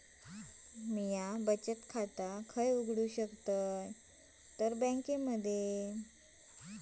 म्या बचत खाते खय उघडू शकतय?